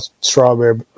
strawberry